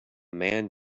man